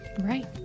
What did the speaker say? Right